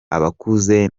abakuze